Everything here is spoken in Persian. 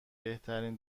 بهترین